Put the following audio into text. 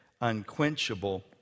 unquenchable